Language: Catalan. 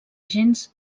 gens